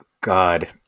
God